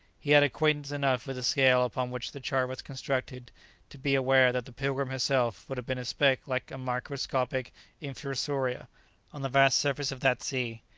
he had acquaintance enough with the scale upon which the chart was constructed to be aware that the pilgrim herself would have been a speck like a microscopic infusoria on the vast surface of that sea,